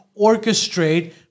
orchestrate